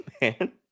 man